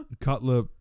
Cutler